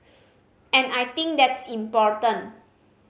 and I think that's important